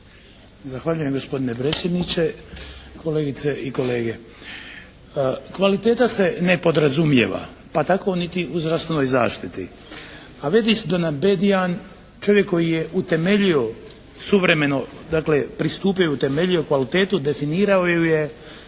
Zahvaljujem gospodine predsjedniče, kolegice i kolege. Kvaliteta se ne podrazumijeva pa tako niti u zdravstvenoj zaštiti. Avedist Donabedijan čovjek koji je utemeljio suvremeno, dakle pristupio i utemeljio kvalitetu, definirao ju je,